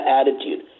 attitude